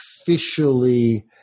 officially